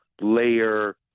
layer